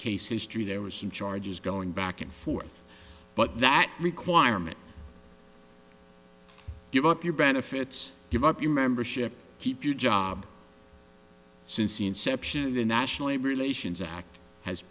case history there were some charges going back and forth but that requirement give up your benefits give up your membership keep your job since the inception of the national labor relations act has